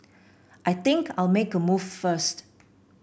I think I'll make a move first